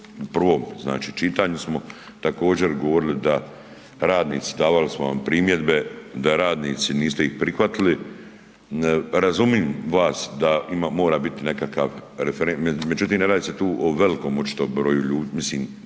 prvom znači čitanju smo također, govorili da radnici, davali smo vam primjedbe da radnici, niste ih prihvatili. Razumijem vas da imam, mora biti nekakav referen, međutim, ne radi se tu o velikom očito broju ljudi, mislim,